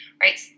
right